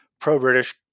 pro-British